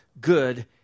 good